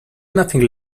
nothing